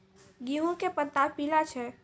गेहूँ के पत्ता पीला छै?